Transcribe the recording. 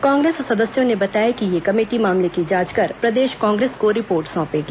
कांग्रेस सदस्यों ने बताया कि यह कमेटी मामले की जांच कर प्रदेश कांग्रेस को रिपोर्ट सौंपेगी